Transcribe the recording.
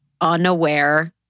unaware